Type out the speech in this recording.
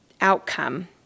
outcome